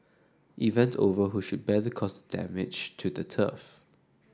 event over who should bear the cost damage to the turf